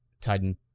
Titan